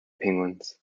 penguins